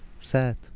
sad